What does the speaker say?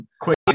Quick